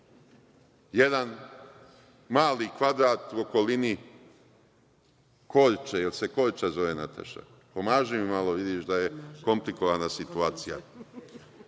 mali kvadrat u okolini Koljče, jel se Koljča zove, Nataša? Pomaži mi malo, vidiš da je komplikovana situacija.